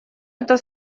это